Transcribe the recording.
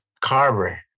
carver